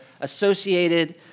associated